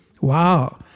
Wow